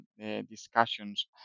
discussions